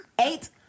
eight